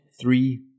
three